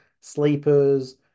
sleepers